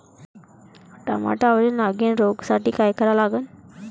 टमाट्यावरील नागीण रोगसाठी काय करा लागन?